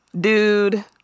dude